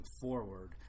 forward